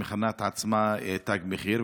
שמכנה את עצמה תג מחיר.